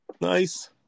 nice